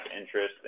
interest